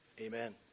Amen